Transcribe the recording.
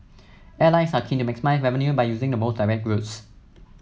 airlines are keen to maximise revenue by using the most direct routes